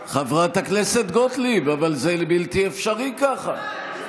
חברת הכנסת גוטליב, אבל זה בלתי אפשרי ככה.